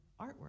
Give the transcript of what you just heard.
artwork